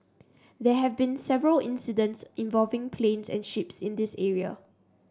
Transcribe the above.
they have been several incidents involving planes and ships in this area